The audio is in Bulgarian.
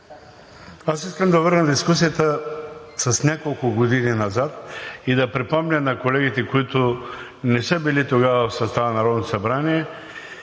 искам да върна дискусията с няколко години назад и да припомня на колегите, които не са били тогава в състава на Народното събрание,